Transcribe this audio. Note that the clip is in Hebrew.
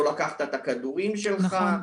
לא לקחת את הכדורים שלך,